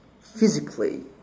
physically